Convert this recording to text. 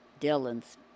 Dylan's